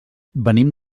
venim